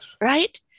right